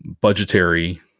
budgetary